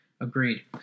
Agreed